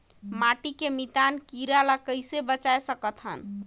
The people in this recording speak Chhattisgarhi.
माटी के मितान कीरा ल कइसे बचाय सकत हन?